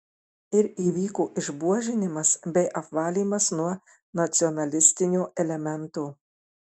ir įvyko išbuožinimas bei apvalymas nuo nacionalistinio elemento